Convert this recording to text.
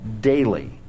daily